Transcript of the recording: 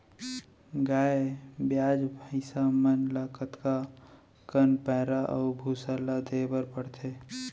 गाय ब्याज भैसा मन ल कतका कन पैरा अऊ भूसा ल देये बर पढ़थे?